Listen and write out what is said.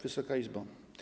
Wysoka Izbo!